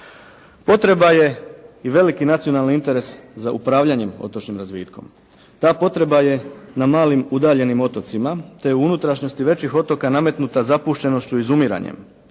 Potreba je i veliki nacionalni interes za upravljanjem otočnim razvitkom. Ta potreba je na malim udaljenim otocima te u unutrašnjosti većih otoka nametnuta zapuštenošću i izumiranjem.